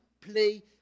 play